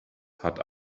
hat